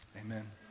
amen